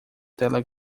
tela